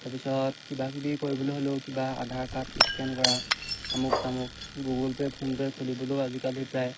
তাৰপিছত কিবা কিবি কৰিবলৈ হ'লেও কিবা আধাৰ কাৰ্ড স্কেন কৰা আমুক তামুক গুগল পে' ফোন পে' খুলিবলৈও আজিকালি প্ৰায়